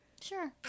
Sure